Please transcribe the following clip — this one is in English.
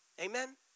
Amen